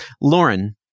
lauren